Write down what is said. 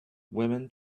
women